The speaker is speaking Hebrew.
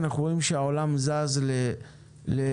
אנחנו רואים שהעולם זז לפסטיבלים,